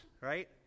right